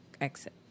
exit